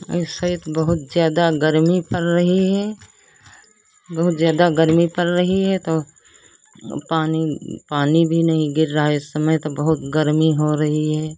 वैसे बहुत ज़्यादा गर्मी पड़ रही है बहुत ज़्यादा गर्मी पर रही है तो पानी पानी भी नहीं गिर रहा है इस समय तो बहुत गर्मी हो रही है